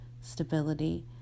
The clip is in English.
stability